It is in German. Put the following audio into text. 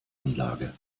anlage